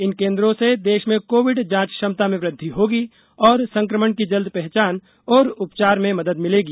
इन केन्द्रों से देश में कोविड जांच क्षमता में वृद्धि होगी और संक्रमण की जल्द पहचान और उपचार में मदद मिलेगी